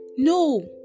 No